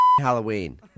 Halloween